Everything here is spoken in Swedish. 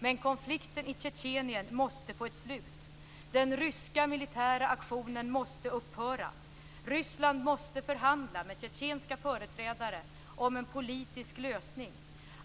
Men konflikten i Tjetjenien måste få ett slut. Den ryska militära aktionen måste upphöra. Ryssland måste förhandla med tjetjenska företrädare om en politisk lösning.